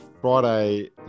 Friday